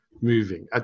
moving